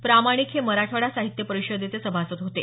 प्रामाणिक हे मराठवाडा साहित्य परिषदेचे सभासद होते